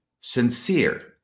sincere